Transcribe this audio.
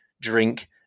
drink